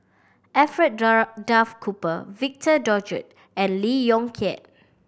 Alfred Duff Cooper Victor Doggett and Lee Yong Kiat